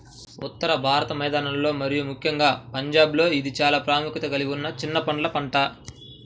ఉత్తర భారత మైదానాలలో మరియు ముఖ్యంగా పంజాబ్లో ఇది చాలా ప్రాముఖ్యత కలిగిన చిన్న పండ్ల పంట